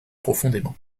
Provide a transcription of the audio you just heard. profondément